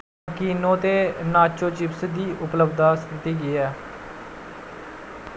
Monaco ते nacho chips दी उपलब्धता स्थिति केह् ऐ